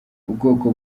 ubwoko